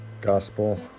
Gospel